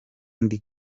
ndi